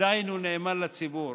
עדיין הוא נאמן לציבור,